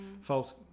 false